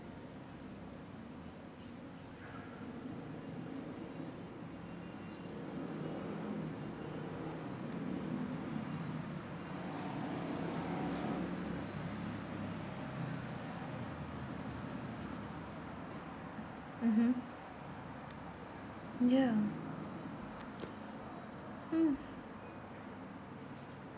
mmhmm ya hmm